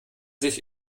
sich